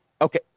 okay